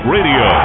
Radio